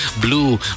blue